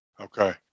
Okay